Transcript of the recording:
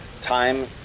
Time